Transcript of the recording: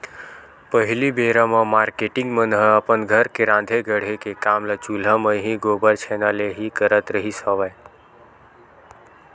पहिली बेरा म मारकेटिंग मन ह अपन घर के राँधे गढ़े के काम ल चूल्हा म ही, गोबर छैना ले ही करत रिहिस हवय